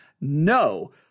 No